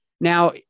Now